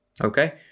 Okay